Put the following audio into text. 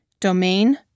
Domain